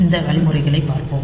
இந்த வழிமுறைகளைப் பார்ப்போம்